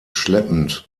schleppend